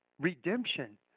redemption